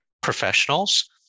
professionals